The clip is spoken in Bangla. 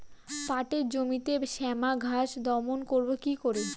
পাটের জমিতে শ্যামা ঘাস দমন করবো কি করে?